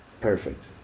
Perfect